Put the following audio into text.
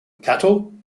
cattle